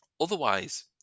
otherwise